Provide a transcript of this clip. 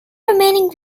remaining